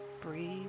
Breathe